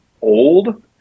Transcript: old